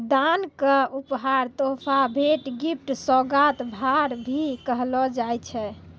दान क उपहार, तोहफा, भेंट, गिफ्ट, सोगात, भार, भी कहलो जाय छै